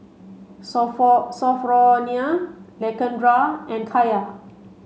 Sophronia Lakendra and Kaya